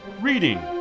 Reading